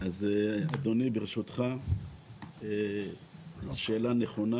אדוני, ברשותך, שאלה נכונה.